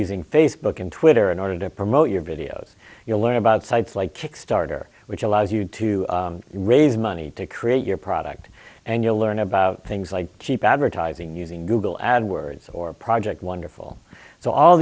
using facebook and twitter in order to promote your videos you learn about sites like kickstarter which allows you to raise money to create your product and you'll learn about things like cheap advertising using google ad words or project wonderful so all